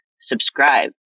subscribe